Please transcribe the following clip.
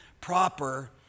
proper